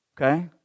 Okay